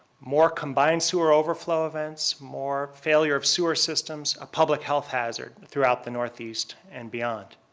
more combined sewer overflow events, more failure of sewer systems. a public health hazard throughout the northeast and beyond.